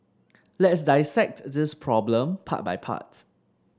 let's dissect this problem part by part